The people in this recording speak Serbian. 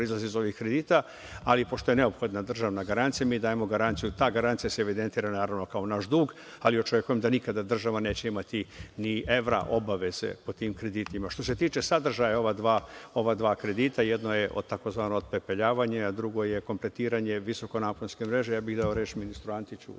proizilaze iz ovih kredita, ali pošto je neophodna državna garancija, dajemo garanciju. Ta garancija se evidentira kao naš dug, ali očekujem da država nikada neće imati ni evra obaveze po tim kreditima. Što se tiče sadržaja ova dva kredita, jedno je tzv. otpepeljavanje, a drugo je kompletiranje visokonaponske mreže. Dao bih reč ministru Antiću